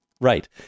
Right